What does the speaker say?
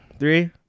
Three